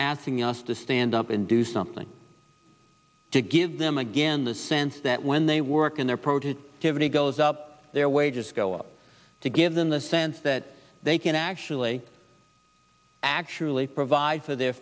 asking us to stand up and do something to give them again the sense that when they work in their produce given it goes up their wages go up to give them the sense that they can actually actually provide for their